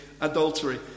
adultery